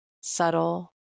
subtle